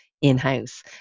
in-house